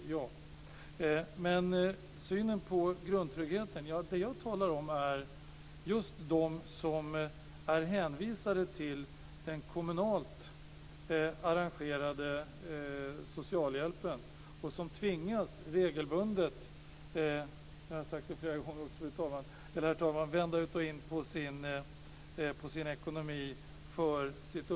Men när det gäller synen på grundtryggheten talar jag om just dem som är hänvisade till den kommunalt arrangerade socialhjälpen och som regelbundet tvingas vända ut och in på sin ekonomi för att klara sitt uppehälle - jag har sagt detta flera gånger, herr talman.